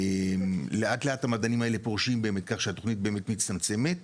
לאט לאט המדענים האלה פורשים כך שהתוכנית באמת מצטמצמת,